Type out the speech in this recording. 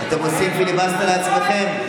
אתם עושים פיליבסטר לעצמכם.